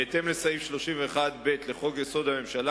בהתאם לסעיף 31(ב) לחוק-יסוד: הממשלה,